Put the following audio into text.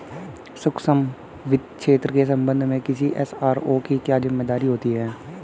सूक्ष्म वित्त क्षेत्र के संबंध में किसी एस.आर.ओ की क्या जिम्मेदारी होती है?